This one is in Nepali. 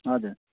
हजुर